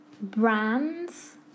brands